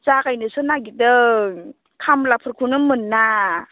जागायनोसो नागिरदों खामलाफोरखौनो मोना